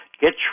get